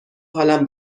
حالم